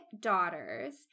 daughters